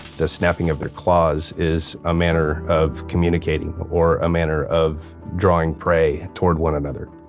the snapping of their claws is a manner of communicating or a manner of drawing prey toward one another.